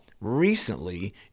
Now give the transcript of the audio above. recently